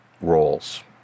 roles